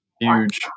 huge